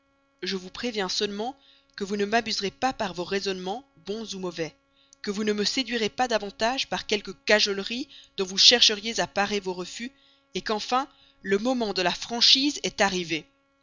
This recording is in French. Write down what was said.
je vous préviens seulement que vous ne m'abuserez pas par vos raisonnements bons ou mauvais que vous ne me séduirez pas davantage par quelques cajoleries dont vous chercheriez à parer vos refus qu'enfin le moment de la franchise est arrivé